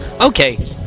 Okay